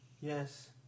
Yes